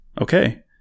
okay